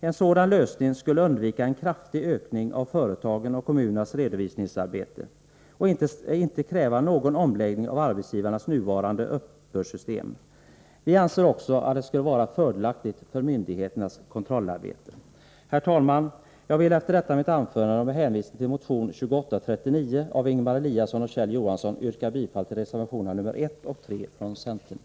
En sådan lösning skulle hindra en kraftig ökning av företagens och kommunernas redovisningsarbete och inte kräva någon omläggning av arbetsgivarnas nuvarande uppbördssystem. Vi anser också att det skulle vara fördelaktigt för myndigheternas kontrollarbete. Herr talman! Jag vill efter detta mitt anförande och med hänvisning till motion 2839 av Ingemar Eliasson och Kjell Johansson yrka bifall till reservationerna nr 1 och 3 från centern.